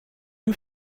you